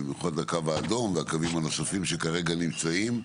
במיוחד הקו האדום והקווים הנוספים שכרגע נמצאים,